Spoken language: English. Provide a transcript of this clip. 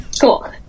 Cool